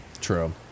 True